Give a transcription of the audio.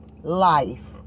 life